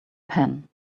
pen